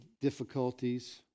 difficulties